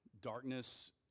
Darkness